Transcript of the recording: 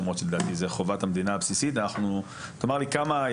תאמר לי כמה יעלה בדיקה אחת ואז נדע,